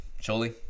Surely